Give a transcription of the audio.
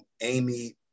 Amy